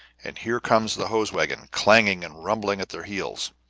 and here comes the hose-wagon, clanging and rumbling at their heels.